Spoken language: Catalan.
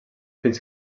fins